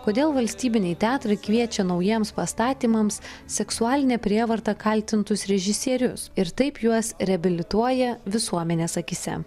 kodėl valstybiniai teatrai kviečia naujiems pastatymams seksualine prievarta kaltintus režisierius ir taip juos reabilituoja visuomenės akyse